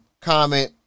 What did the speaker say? comment